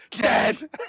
dead